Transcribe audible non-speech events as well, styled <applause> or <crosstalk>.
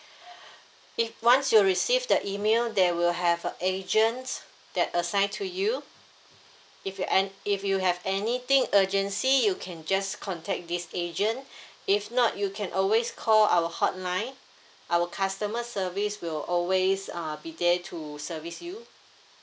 <breath> if once you receive the email there will have a agent that assigned to you if you an~ if you have anything urgency you can just contact this agent <breath> if not you can always call our hotline our customer service will always uh be there to service you